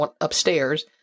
upstairs